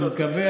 מקווה,